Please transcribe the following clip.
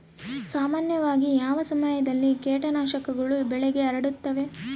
ಸಾಮಾನ್ಯವಾಗಿ ಯಾವ ಸಮಯದಲ್ಲಿ ಕೇಟನಾಶಕಗಳು ಬೆಳೆಗೆ ಹರಡುತ್ತವೆ?